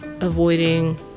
avoiding